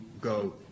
go